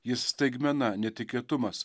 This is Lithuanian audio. jis staigmena netikėtumas